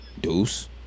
Deuce